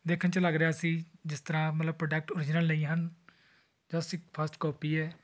ਦੇਖਣ 'ਚ ਲੱਗ ਰਿਹਾ ਸੀ ਜਿਸ ਤਰ੍ਹਾਂ ਮਤਲਬ ਪ੍ਰੋਡਕਟ ਓਰੀਜਨਲੀ ਹਨ ਜਾਂ ਸੀ ਫਸਟ ਕਾਪੀ ਹੈ